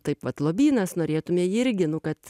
taip vat lobynas norėtume jį irgi nu kad